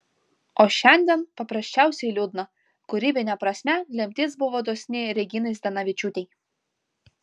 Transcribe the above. o šiandien paprasčiausiai liūdna kūrybine prasme lemtis buvo dosni reginai zdanavičiūtei